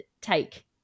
take